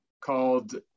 called